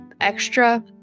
extra